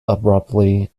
abruptly